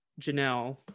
Janelle